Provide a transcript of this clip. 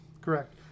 Correct